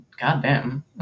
goddamn